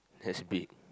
that's big